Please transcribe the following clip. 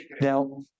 Now